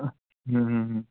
আ হুম হুম হুম